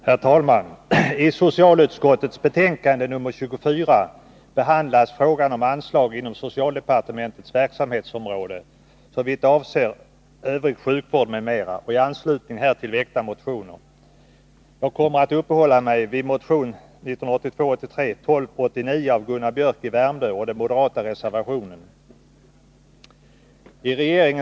Herr talman! I socialutskottets betänkande nr 24 behandlas frågan om anslag inom socialdepartementets verksamhetsområde, såvitt avser övrig sjukvård, m.m., och i anslutning härtill väckta motioner. Jag kommer att uppehålla mig vid motion 1982/83:1289 av Gunnar Biörck i Värmdö och den moderata reservationen.